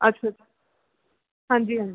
ਅੱਛਾ ਅੱਛਾ ਹਾਂਜੀ ਹਾਂਜੀ